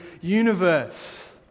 universe